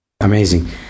amazing